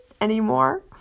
anymore